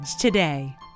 today